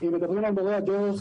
כשמדברים על מורי הדרך,